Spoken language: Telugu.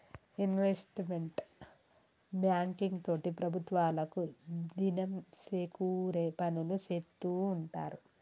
ఇన్వెస్ట్మెంట్ బ్యాంకింగ్ తోటి ప్రభుత్వాలకు దినం సేకూరే పనులు సేత్తూ ఉంటారు